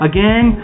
Again